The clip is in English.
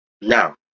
Now